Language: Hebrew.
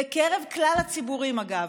בקרב כלל הציבורים, אגב,